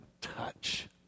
touch